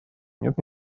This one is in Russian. нет